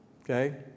Okay